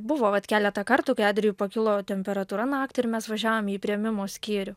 buvo vat keletą kartų kai adrijui pakilo temperatūra naktį ir mes važiavom į priėmimo skyrių